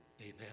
Amen